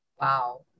wow